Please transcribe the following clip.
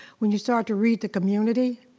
when you start to read the community,